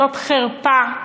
זאת חרפה,